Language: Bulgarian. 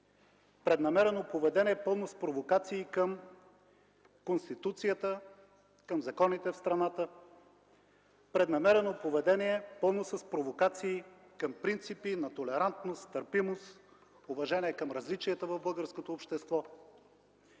преднамерено поведение, пълно с провокации към Конституцията, към законите в страната, преднамерено поведение, пълно с провокации към принципите на толерантност, търпимост, уважение към различията в българското общество,